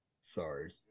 Sorry